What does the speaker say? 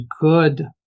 good